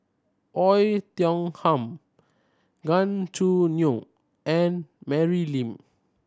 Oei Tiong Ham Gan Choo Neo and Mary Lim